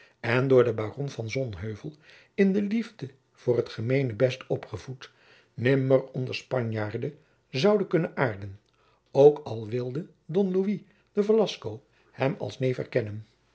en door den baron van sonheuvel in de liefde voor het gemeenebest opgevoed nimmer onder spanjaarden zoude kunnen aarten ook al wilde don louis de velasco hem als neef